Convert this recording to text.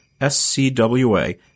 SCWA